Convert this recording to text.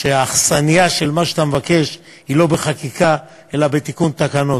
שהאכסניה של מה שאתה מבקש היא לא בחקיקה אלא בתיקון תקנות.